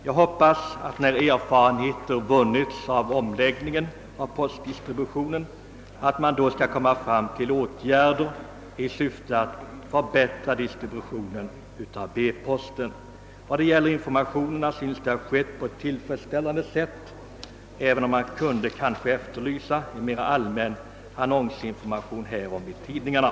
Jag hoppas att man när erfarenheter vunnits av omläggningen av postdistri Informationen om omläggningen synes ha skett på ett tillfredsställande sätt, även om man kunde ha efterlyst en mera allmänt genomförd annonskampanj om denna i tidningarna.